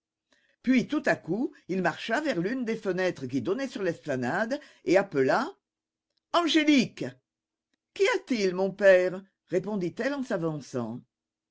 puis tout à coup il marcha vers l'une des fenêtres qui donnaient sur l'esplanade et appela angélique qu'y a-t-il mon père répondit-elle en s'avançant